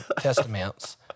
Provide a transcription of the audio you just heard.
testaments